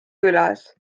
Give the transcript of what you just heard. külas